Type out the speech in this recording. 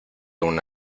una